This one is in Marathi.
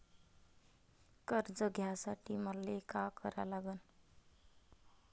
कर्ज घ्यासाठी मले का करा लागन?